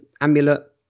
amulet